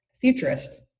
futurist